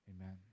Amen